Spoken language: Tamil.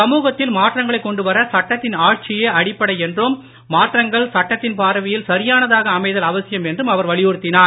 சமூகத்தில் மாற்றங்களைக் கொண்டுவர சட்டத்தின் ஆட்சியே அடிப்படை என்றும் மாற்றங்கள் சட்டத்தின் பார்வையில் சரியானதாக அமைதல் அவசியம் என்றும் அவர் அவலியுறுத்தினார்